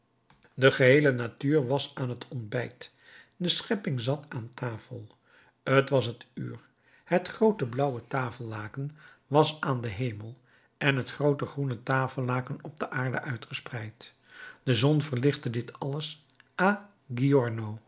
de geheele natuur was aan het ontbijt de schepping zat aan tafel t was het uur het groote blauwe tafellaken was aan den hemel en het groote groene tafellaken op de aarde uitgespreid de zon verlichtte dit alles à